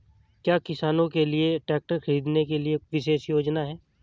क्या किसानों के लिए ट्रैक्टर खरीदने के लिए विशेष योजनाएं हैं?